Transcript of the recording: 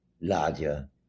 larger